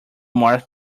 mark